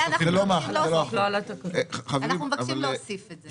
אנחנו מבקשים להוסיף את זה.